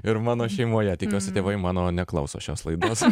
ir mano šeimoje tikiuosi tėvai mano neklauso šios laidos